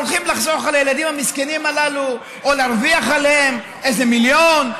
הולכים לחסוך על הילדים המסכנים הללו או להרוויח עליהם איזה מיליון,